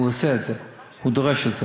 הוא עושה את זה, הוא דורש את זה.